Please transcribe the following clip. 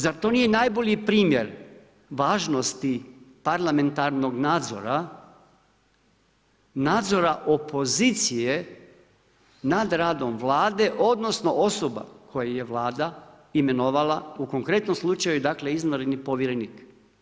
Zar to nije najbolji primjer važnosti parlamentarnog nadzora, nadzora opozicije nad radom Vlade odnosno osoba koje je Vlada imenovala u konkretnom slučaju, izvanredni povjerenik?